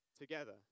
together